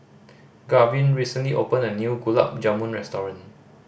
Garvin recently opened a new Gulab Jamun restaurant